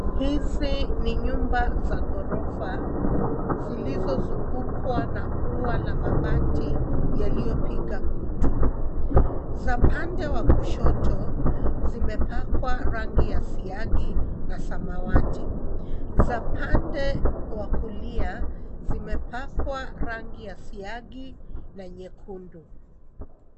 Hizi ni nyumba za ghorofa zilizozungukwa na ua la mabati, yaliyopiga kutu. Za pande wa kushoto zimepakwa rangi ya siagi na samawati. Za pande wa kulia zimepakwa rangi ya siagi na nyekundu.